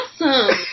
awesome